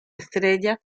estrellas